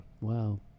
Wow